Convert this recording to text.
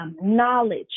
knowledge